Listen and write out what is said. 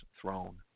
throne